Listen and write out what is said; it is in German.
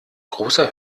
großer